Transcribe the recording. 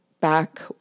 back